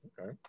Okay